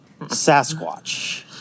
Sasquatch